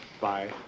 Bye